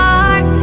heart